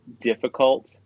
difficult